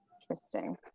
interesting